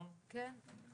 בשעה